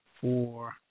Four